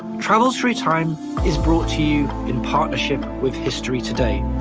travels through time is brought to you in partnership with history today,